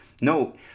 Note